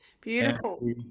Beautiful